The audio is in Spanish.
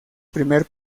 primer